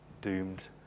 doomed